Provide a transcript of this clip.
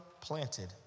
planted